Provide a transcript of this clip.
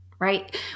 right